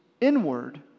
inward